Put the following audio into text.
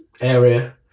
area